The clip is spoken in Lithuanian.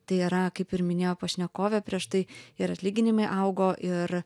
tai yra kaip ir minėjo pašnekovė prieš tai ir atlyginimai augo ir